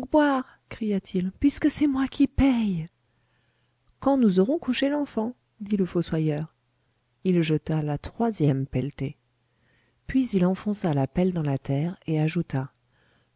boire cria-t-il puisque c'est moi qui paye quand nous aurons couché l'enfant dit le fossoyeur il jeta la troisième pelletée puis il enfonça la pelle dans la terre et ajouta